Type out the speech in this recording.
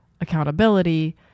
accountability